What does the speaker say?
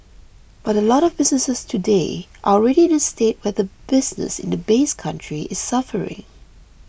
but a lot of businesses today are already in a state where the business in the base country is suffering